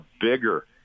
bigger